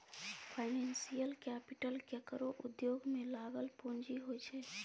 financial capital केकरो उद्योग में लागल पूँजी होइ छै